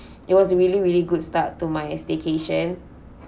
it was really really good start to my staycation